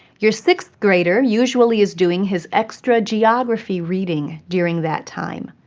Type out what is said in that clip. your sixth grader usually is doing his extra geography reading during that time.